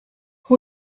who